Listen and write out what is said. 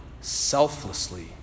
selflessly